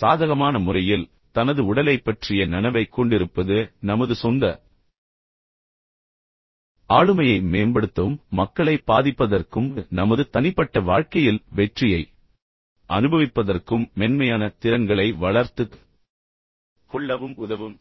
சாதகமான முறையில் தனது உடலைப் பற்றிய நனவைக் கொண்டிருப்பது நமது சொந்த ஆளுமையை மேம்படுத்தவும் மக்களை பாதிப்பதற்கும் நமது தனிப்பட்ட வாழ்க்கையில் வெற்றியை அனுபவிப்பதற்கும் மென்மையான திறன்களை வளர்த்துக் கொள்ளவும் உதவும்